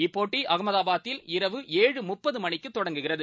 இப்போட்டி அகமதாபாதில் இரவு ஏழு முப்பது மணிக்கு தொடங்குகிறது